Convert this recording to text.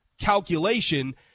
calculation